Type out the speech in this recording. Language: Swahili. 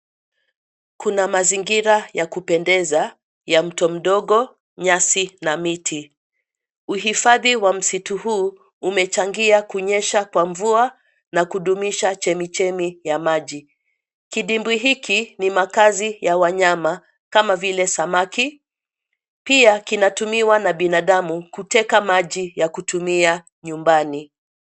Kuna mazingira ya kupendeza ya mto mdogo, nyasi na miti. Uhifadhi wa msitu huu umechangia kunyesha kwa mvua na kudumisha chemi chemi ya maji. Kidimbwi hiki ni makazi ya wanyama kama vile samaki. Pia kinatumiwa na binadamu kuteka maji ya kutumia nyumbani.